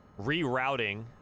Rerouting